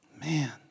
Man